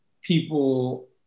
people